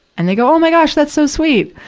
and they go, oh my gosh, that's so sweet!